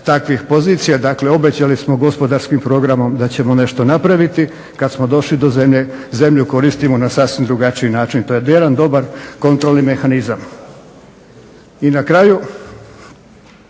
takvih pozicija. Dakle, obećali smo gospodarskim programom da ćemo nešto napraviti, kad smo došli do zemlje zemlju koristimo na sasvim drugačiji način. To je jedan dobar kontrolni mehanizam. I na kraju